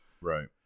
Right